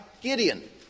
Gideon